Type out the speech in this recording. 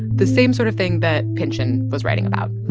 the same sort of thing that pynchon was writing about.